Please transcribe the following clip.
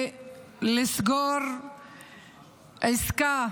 ולסגור עסקה